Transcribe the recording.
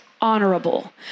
honorable